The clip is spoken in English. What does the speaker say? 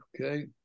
Okay